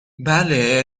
بله